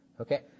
Okay